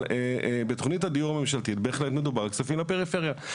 אבל בתכנית הדיור הממשלתי בהחלט מדובר על כספים לפריפריה.